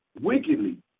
wickedly